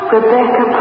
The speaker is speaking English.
Rebecca